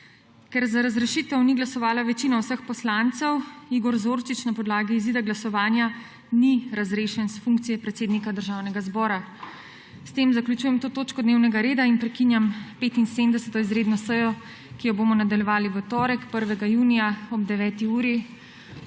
Ker za razrešitev ni glasovala večina vseh poslancev, Igor Zorčič na podlagi izida glasovanja ni razrešen s funkcije predsednika Državnega zbora. S tem zaključujem to točko dnevnega reda in prekinjam 75. izredno sejo, ki jo bomo nadaljevali v torek, 1. junija, ob 9. uri,